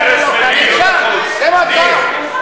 זה המצב.